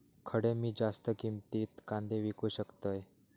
खडे मी जास्त किमतीत कांदे विकू शकतय?